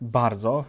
bardzo